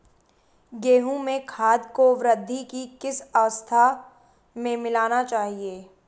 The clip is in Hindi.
गेहूँ में खाद को वृद्धि की किस अवस्था में मिलाना चाहिए?